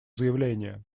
заявление